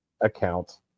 account